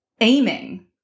aiming